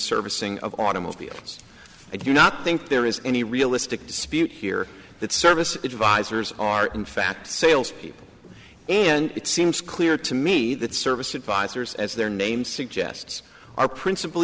servicing of automobiles i do not think there is any realistic dispute here that service advisors are in fact sales people and it seems clear to me that service advisors as their name suggests are principal